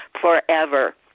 forever